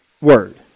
word